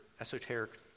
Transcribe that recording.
esoteric